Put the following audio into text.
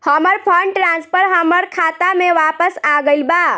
हमर fund transfer हमर खाता में वापस आ गईल बा